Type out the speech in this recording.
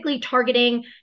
targeting